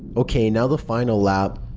ok, now the final lap.